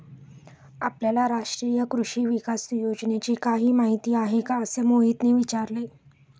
आपल्याला राष्ट्रीय कृषी विकास योजनेची काही माहिती आहे का असे मोहितने विचारले?